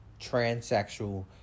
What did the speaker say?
transsexual